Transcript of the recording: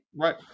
Right